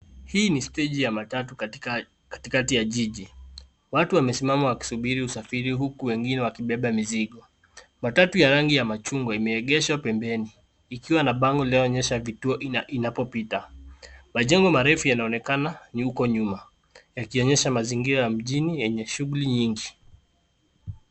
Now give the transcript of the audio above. Hii ni steji ya matatu katikati ya jiji watu wamesimama wakisuburi usafiri huku wengine wakibeba mizigo matatu ya rangi ya machungwa imeegeshwa pembeni ikiwa na bango linaloonyesha vituo na inapopita majengo marefu yanaonekana huko nyuma yakionyesha mazingira ya mjini yenye shughuli nyingi.